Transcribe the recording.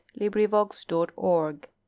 LibriVox.org